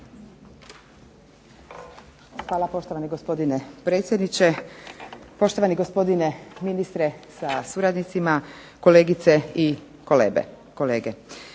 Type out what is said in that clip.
Hvala poštovani gospodine predsjedniče, poštovani gospodine ministre sa suradnicima, kolegice i kolege.